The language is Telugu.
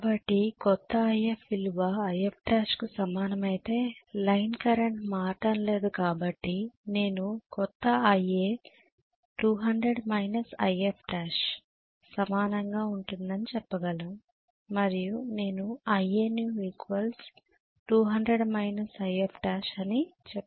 కాబట్టి క్రొత్త If విలువ Ifl కు సమానమైతే లైన్ కరెంట్ మారడం లేదు కాబట్టి నేను కొత్త Ia 200 మైనస్ Ifl సమానంగా ఉంటుంది అని చెప్పగలను మరియు నేను Ianew 200 Ifl అని చెప్పాలి